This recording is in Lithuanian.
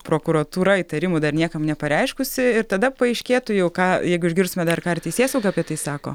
prokuratūra įtarimų dar niekam nepareiškusi ir tada paaiškėtų jau ką jeigu išgirstume dar ką ir teisėsauga apie tai sako